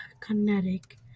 kinetic